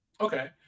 Okay